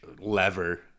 lever